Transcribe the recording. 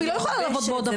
היא לא יכולה בעוד עבודה.